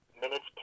minutes